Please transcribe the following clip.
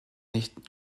nicht